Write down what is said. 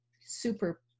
super